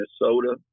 Minnesota